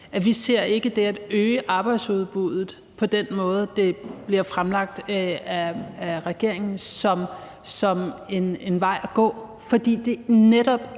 at vi ikke ser det at øge arbejdsudbuddet på den måde, det bliver fremlagt af regeringen, som en vej at gå,